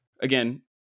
again